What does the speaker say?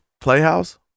Playhouse